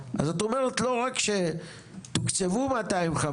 אז את אומרת לא רק שתוקצבו 250,